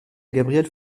gabriel